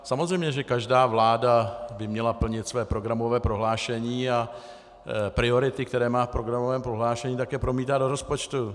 Samozřejmě že každá vláda by měla plnit své programové prohlášení a priority, které má v programovém prohlášení, promítat do rozpočtu.